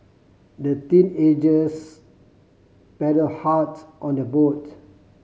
the teenagers paddle hard on their boat